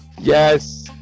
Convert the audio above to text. Yes